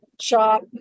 shop